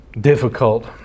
difficult